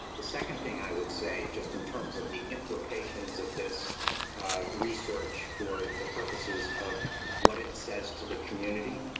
the second thing i would say just in terms of the implications of this research, for the purposes of what it says to the community,